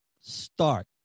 start